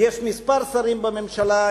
יש כמה שרים בממשלה,